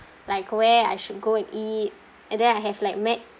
like where I should go and ear and then I have like mad